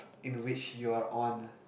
in which you're on